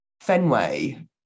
Fenway